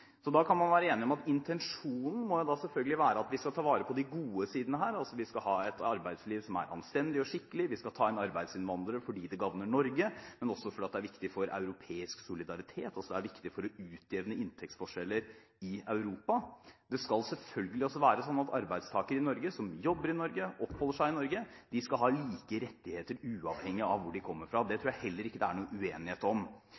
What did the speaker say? Da kan man være enige om at intensjonen selvfølgelig må være at vi skal ta vare på de gode sidene her. Vi skal ha et arbeidsliv som er anstendig og skikkelig. Vi skal ta inn arbeidsinnvandrere fordi det gagner Norge, men også fordi det er viktig for europeisk solidaritet og for å utjevne inntektsforskjeller i Europa. Det skal selvfølgelig også være sånn at arbeidstakere i Norge, som jobber i Norge, og som oppholder seg i Norge, skal ha like rettigheter, uavhengig av hvor de kommer fra. Det tror jeg heller ikke det er noen uenighet om.